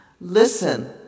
Listen